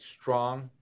strong